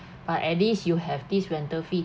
but at least you have this rental fee